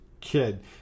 kid